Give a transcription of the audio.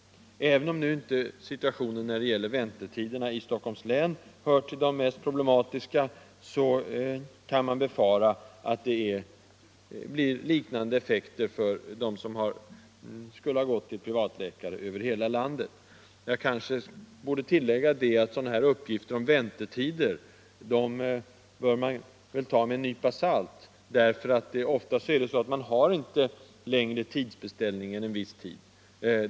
Även om inte situationen när det gäller väntetiderna i Stockholms län hör till de mest problematiska, kan man befara att det blir liknande effekter för dem som skulle ha gått till privatläkare över hela landet. Jag kanske borde tillägga att sådana här uppgifter om väntetider bör tas med en nypa salt, för ofta tar man inte emot tidsbeställningar för mer än en viss period.